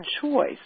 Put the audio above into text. choice